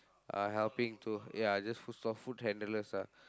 uh helping to ya just food store food handlers lah